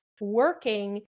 working